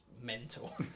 mental